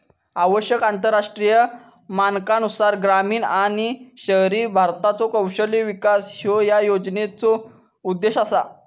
आवश्यक आंतरराष्ट्रीय मानकांनुसार ग्रामीण आणि शहरी भारताचो कौशल्य विकास ह्यो या योजनेचो उद्देश असा